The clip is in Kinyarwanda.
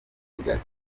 kigali